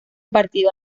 partido